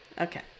Okay